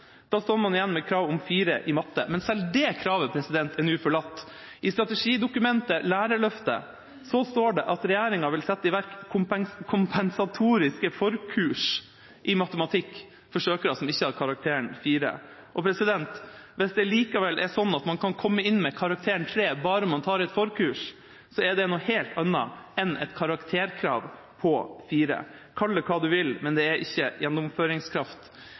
Da står man igjen med kravet om 4 i matte. Men selv det kravet er nå forlatt. I strategidokumentet Lærerløftet står det at regjeringa vil sette i verk kompensatoriske forkurs i matematikk for søkere som ikke har karakteren 4. Hvis det likevel er sånn at man kan komme inn med karakteren 3 bare man tar et forkurs, er det noe helt annet enn et karakterkrav på 4. Kall det hva du vil, men det er ikke gjennomføringskraft.